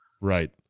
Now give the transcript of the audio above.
Right